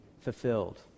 fulfilled